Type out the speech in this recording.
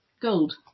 gold